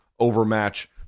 overmatch